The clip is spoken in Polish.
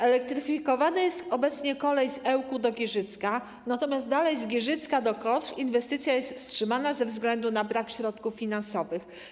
Elektryfikowana jest obecnie kolej z Ełku do Giżycka, natomiast dalej z Giżycka do Korsz inwestycja jest wstrzymana ze względu na brak środków finansowych.